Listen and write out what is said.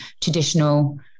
traditional